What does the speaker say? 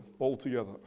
altogether